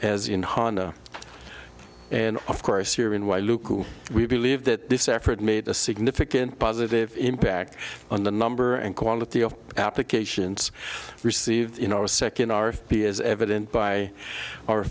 as in honda and of course here in why look who we believe that this effort made a significant positive impact on the number and quality of applications received a second r p is evident by our